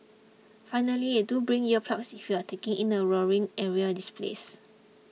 finally do bring ear plugs if you are taking in the roaring aerial displays